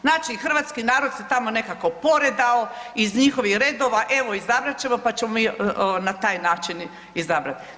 Znači Hrvatski narod se tamo nekako poredao iz njihovih redova, evo izabrat ćemo pa ćemo na taj način izabrati.